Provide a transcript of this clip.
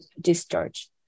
discharge